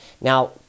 Now